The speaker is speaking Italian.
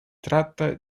tratta